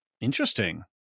Interesting